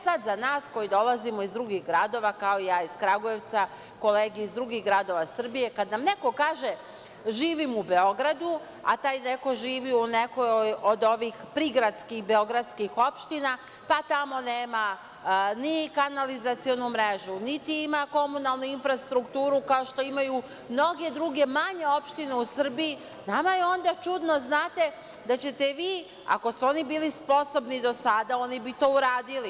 Sada, za nas koji dolazimo iz drugih gradova, kao ja iz Kragujevca, kolege iz drugih gradova Srbije, kad nam neko kaže - živim u Beogradu; a taj neko živi u nekoj od ovih prigradskih beogradskih opština, pa tamo nema ni kanalizacionu mrežu, niti ima komunalnu infrastrukturu kao što imaju mnoge druge manje opštine u Srbiji, nama je onda čudno znate, da ćete vi, ako su oni bili sposobni do sada oni bi to uradili.